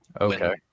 okay